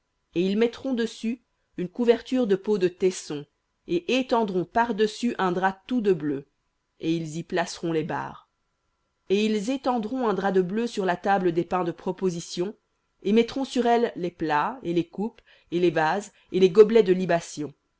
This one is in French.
et ils mettront dessus une couverture de peaux de taissons et étendront par-dessus un drap tout de bleu et ils y placeront les barres et ils étendront un drap de bleu sur la table des pains de proposition et mettront sur elle les plats et les coupes et les vases et les gobelets de libation